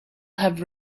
have